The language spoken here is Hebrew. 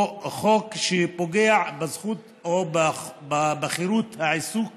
הוא חוק שפוגע בזכות או בחירות העיסוק